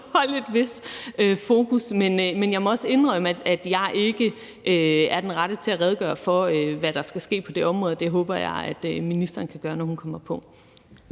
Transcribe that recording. holde et vist fokus. Men jeg må også indrømme, at jeg ikke er den rette til at redegøre for, hvad der skal ske på det område. Det håber jeg at ministeren kan gøre, når hun kommer på.